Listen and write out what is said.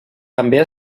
també